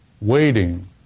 Waiting